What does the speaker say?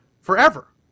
forever